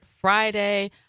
Friday